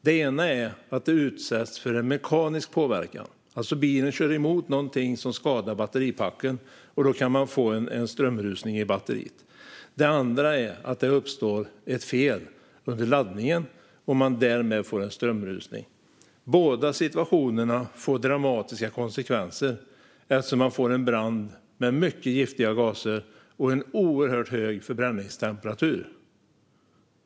Det ena är att batteriet utsätts för mekanisk påverkan, alltså att bilen kör emot någonting som skadar batteripacket. Då kan man få en strömrusning i batteriet. Det andra är att det uppstår ett fel under laddningen och att man därmed får en strömrusning. Både situationerna får dramatiska konsekvenser eftersom man får en brand med mycket giftiga gaser och en oerhört hög förbränningstemperatur.